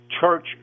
church